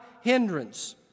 hindrance